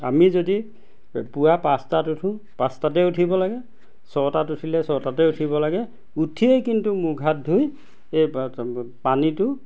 আমি যদি পুৱা পাঁচটাত উঠোঁ পাঁচটাতেই উঠিব লাগে ছটাত উঠিলে ছটাতে উঠিব লাগে উঠিয়েই কিন্তু মুখ হাত ধুই এই পানীটো